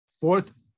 fourth